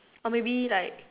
or maybe like